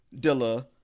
Dilla